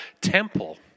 temple